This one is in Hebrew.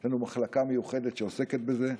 יש לנו מחלקה מיוחדת שעוסקת בזה.